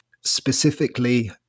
specifically